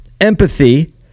empathy